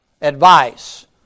advice